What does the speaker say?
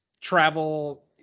travel